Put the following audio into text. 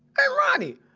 ah ronnie!